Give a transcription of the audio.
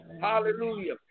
Hallelujah